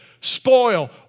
spoil